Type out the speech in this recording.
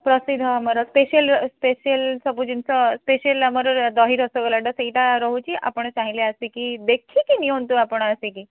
ପ୍ରସିଦ୍ଧ ଆମର special special ସବୁ ଜିନିଷ ସ୍ପେଶାଲ ଆମର ଦହି ରସଗୋଲାଟା ସେଇଟା ରହୁଛି ଆପଣ ଚାହିଁଲେ ଆସିକି ଦେଖିକି ନିଅନ୍ତୁ ଆପଣ ଆସିକି